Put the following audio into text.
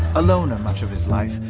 a loner much of his life,